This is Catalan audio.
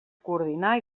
coordinar